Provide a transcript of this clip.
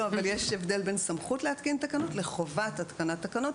אבל יש הבדל בין סמכות להתקין תקנות לבין חובת התקנת תקנות.